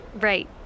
Right